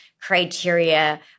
criteria